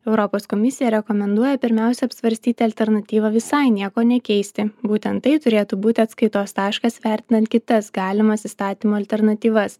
europos komisija rekomenduoja pirmiausia apsvarstyti alternatyvą visai nieko nekeisti būtent tai turėtų būti atskaitos taškas vertinant kitas galimas įstatymo alternatyvas